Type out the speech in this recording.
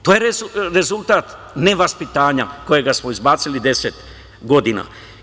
To je rezultat nevaspitanja koje smo izbacili 10 godina.